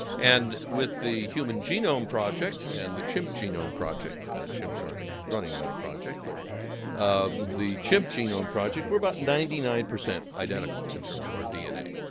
and with the human genome project and the chimp genome project, chimps aren't running that project, but um the chimp genome project, we're about ninety nine percent identical in terms of our dna,